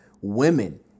women